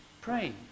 praying